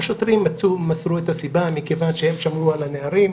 השוטרים מסרו את הסיבה מכיוון שהם שמרו על הנערים.